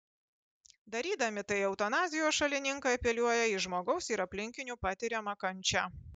darydami tai eutanazijos šalininkai apeliuoja į žmogaus ir aplinkinių patiriamą kančią